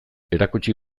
erakutsi